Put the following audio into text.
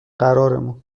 قرارمون